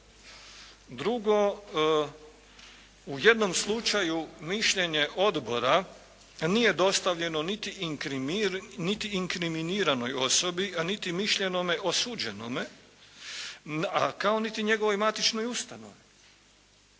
Drugo, u jednom slučaju mišljenje odbora nije dostavljeno niti inkriminiranoj osobi, a niti mišljenje osuđenome, a kao niti njegovoj matičnoj ustanovi.